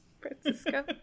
Francisco